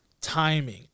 timing